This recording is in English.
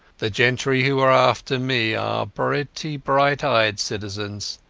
the gentry who are after me are pretty bright-eyed citizens.